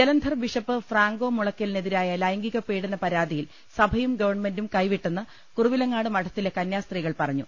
Jalandhar bishop Franco മുളയ്ക്കലിനെ തിരായ ലൈംഗിക പീഡന പരാതിയിൽ സഭയും ഗവൺമെന്റും കൈവി ട്ടെന്ന് കുറവിലങ്ങാട് മഠത്തിലെ കന്യാസ്ത്രീകൾ പറഞ്ഞു